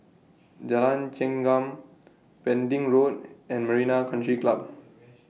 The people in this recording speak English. Jalan Chengam Pending Road and Marina Country Club